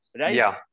right